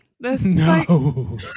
No